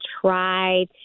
try